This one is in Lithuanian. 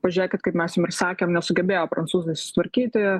pažiūrėkit kaip mes jum ir sakėm nesugebėjo prancūzai susitvarkyti